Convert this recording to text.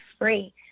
free